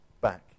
back